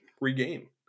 regain